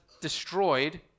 destroyed